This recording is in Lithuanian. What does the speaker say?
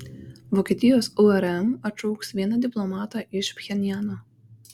vokietijos urm atšauks vieną diplomatą iš pchenjano